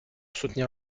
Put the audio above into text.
soutenir